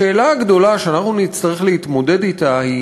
השאלה הגדולה שאנחנו נצטרך להתמודד אתה היא